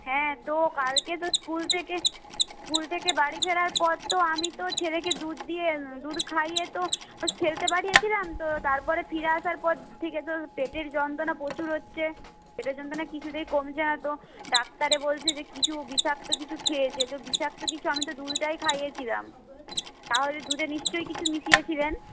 হ্যাঁ তো কালকে তো স্কুল থেকে স্কুল থেকে বাড়ি ফেরার পর তো আমি তো ছেলেকে দুধ দিয়ে দুধ খাইয়ে তো খেলতে পাঠিয়েছিলাম তো তারপরে ফিরে আসার পর থেকে তো পেটের যন্ত্রণা প্রচুর হচ্ছে পেটের যন্ত্রণা কিছুতেই কমছে না তো ডাক্তারে বলছে যে কিছু বিষাক্ত কিছু খেয়েছে তো বিষাক্ত কিছু আমি তো দুধটাই খাইয়ে ছিলাম তাহলে দুধে নিশ্চই কিছু মিশিয়েছিলেন